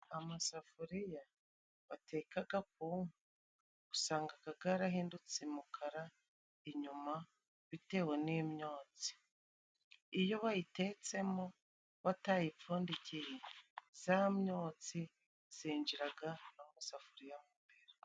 Amasafuriya batekaga ku nkwi usanga garahindutse umukara inyuma bitewe n'imyotsi. Iyo bayitetsemo batayipfundikiye za myotsi zinjiraga mu safuriya.